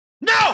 No